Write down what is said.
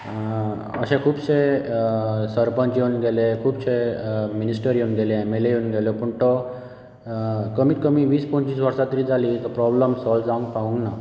अशे खुबशे सरपंच येवन गेले खुबशे मिनिस्टर येवन गेले एमएलए येवन गेले पूण तो कमीत कमी वीस पंचवीस वर्सां तरी जाली तो प्रॉब्लम सॉल्व जावंक पावूंक ना